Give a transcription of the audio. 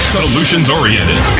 solutions-oriented